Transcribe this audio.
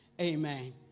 Amen